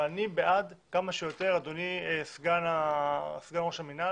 אבל אדוני סגן ראש המנהל,